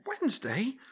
Wednesday